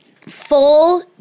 full